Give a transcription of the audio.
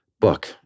book